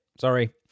Sorry